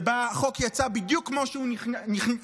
שבה החוק יצא בדיוק כמו שהוא נכנס,